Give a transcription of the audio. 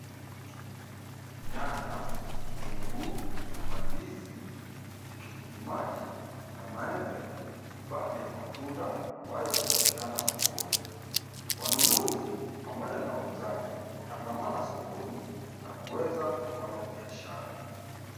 Nyaya kitunguu mandizi, tikitikimaji na maembe ni baadhi ya matunda ambayo hupatikana sokoni. Wanunuzi pamoja na wauzaji hutangamana sokoni na kuweza kufanya biashara.